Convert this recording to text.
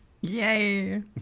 yay